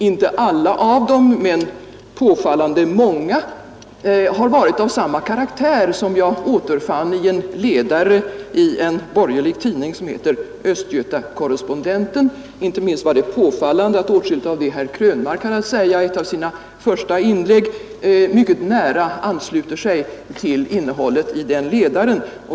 Inte alla frågorna, men påfallande många, har varit av samma karaktär som jag återfann i en ledare i en borgerlig tidning som heter Östgöta Correspondenten. Inte minst var det påfallande att åtskilligt av det herr Krönmark hade att säga i ett av sina första inlägg mycket nära ansluter sig till innehållet i den ledaren.